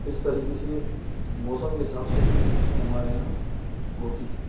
इस तरीके से मौसम के हिसाब से तीन फसलें हमारे यहाँ होती हैं